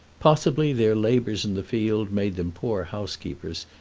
possibly their labors in the field made them poor house-keepers,